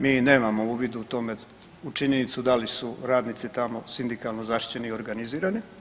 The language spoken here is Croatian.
Mi nemamo uvid u tome u činjenici da li su radnici tamo sindikalno zaštićeni i organizirani.